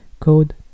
Code